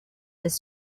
this